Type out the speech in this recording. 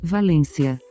Valência